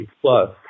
plus